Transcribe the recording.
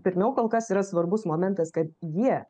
pirmiau kol kas yra svarbus momentas kad jie